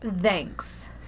Thanks